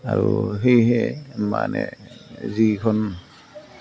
আৰু সেয়েহে মানে যিখন